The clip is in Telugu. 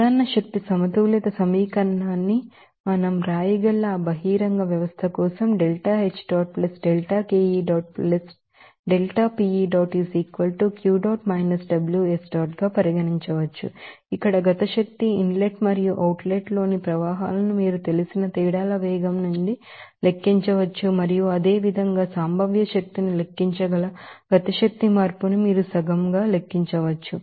జనరల్ ఎనర్జీ బాలన్స్ ఈక్వేషన్ న్ని మనం వ్రాయగల ఆ బహిరంగ వ్యవస్థ కోసం ఇక్కడ కైనెటిక్ ఎనెర్జి ని ఇన్ లెట్ మరియు అవుట్ లెట్ లోని ప్రవాహాలను మీకు తెలిసిన తేడాల వేగం నుండి లెక్కించవచ్చు మరియు మీరు అదే విధంగా పొటెన్షియల్ ఎనెర్జిని లెక్కించగల కైనెటిక్ ఎనెర్జి చేంజ్ ను మీరు సగం గాలెక్కించవచ్చు